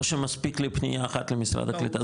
או שמספיק לי פנייה אחת למשרד הקליטה?